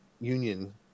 union